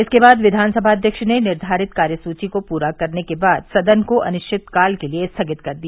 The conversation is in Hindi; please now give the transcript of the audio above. इसके बाद विधानसभा अध्यक्ष ने निर्धारित कार्यसूची पूरा करने के बाद सदन को अनिश्चितकाल के लिये स्थगित कर दिया